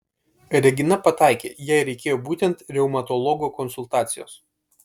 regina pataikė jai reikėjo būtent reumatologo konsultacijos